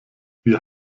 wir